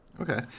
Okay